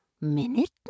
Minute